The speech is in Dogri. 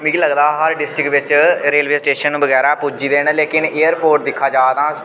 मिगी लगदा हा डिस्ट्रिक्ट बिच रेलवे स्टेशन बगैरा पुज्जी दे न लेकिन एयरपोर्ट दिक्खा जा तां